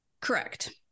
Correct